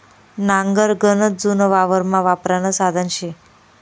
नांगर गनच जुनं वावरमा वापरानं साधन शे